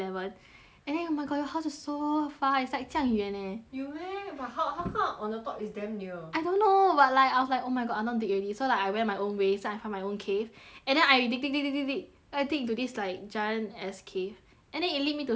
and then oh my god your house is so far is like 这样远 eh 有 meh wha~ ho~ how come on the top is damn near I don't know but like I was like oh my god I don't want dig already so like I went my own way so I find my own cave and then I dig dig dig dig dig then I dig into this like giant ass cave and then it lead me to somewhere else eh